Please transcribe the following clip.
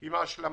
עם ההשלמה.